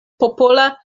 popola